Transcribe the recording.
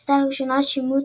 נעשה לראשונה שימוש